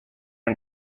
and